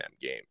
game